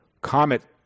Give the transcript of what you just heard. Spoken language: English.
Comet